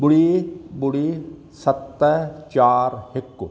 ॿुड़ी ॿुड़ी सत चारि हिकु